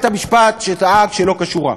קבע בית-המשפט שהוא פעל שלא כשורה,